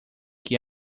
que